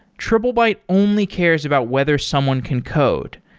triplebyte only cares about whether someone can code.